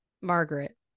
Margaret